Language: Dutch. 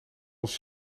ons